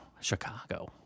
Chicago